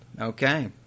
Okay